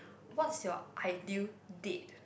what's your ideal date